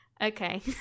Okay